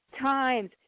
times